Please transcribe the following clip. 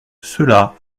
cela